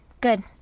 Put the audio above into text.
good